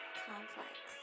complex